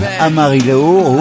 Amarillo